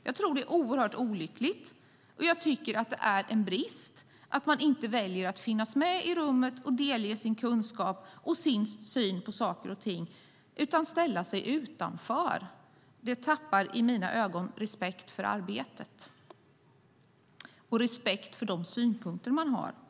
Jag tror att det är mycket olyckligt, och jag tycker att det är en brist att man väljer att inte finnas med i rummet och delge sin kunskap och sin syn på saker och ting. Man ställer sig i stället utanför. I mina ögon gör det att man då tappar i respekt för sitt arbete och för de synpunkter man har.